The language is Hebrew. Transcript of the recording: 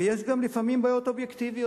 ויש גם לפעמים בעיות אובייקטיביות: